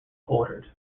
ordered